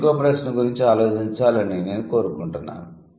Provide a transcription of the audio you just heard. మీరు ఇంకో ప్రశ్న గురంచి ఆలోచించాలని నేను కోరుకుంటున్నాను